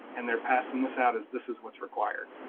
and they're passing this out as this is what's required,